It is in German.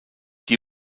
die